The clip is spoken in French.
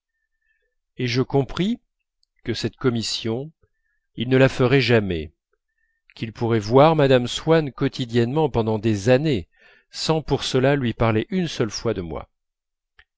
et je compris que cette commission il ne la ferait jamais qu'il pourrait voir mme swann quotidiennement pendant des années sans pour cela lui parler une seule fois de moi